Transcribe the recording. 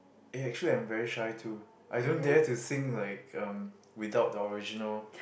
eh actually I'm very shy too I don't dare to sing like um without the original